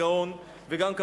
וגם,